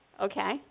okay